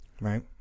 Right